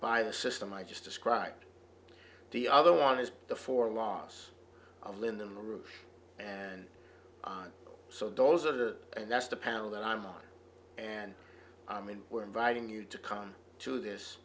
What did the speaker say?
by the system i just described the other one is the four loss of lyndon la rouche and so those are the and that's the panel that i'm not and i mean we're inviting you to come to this